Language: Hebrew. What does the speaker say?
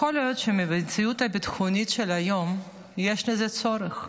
יכול להיות שבמציאות הביטחונית של היום יש בזה צורך.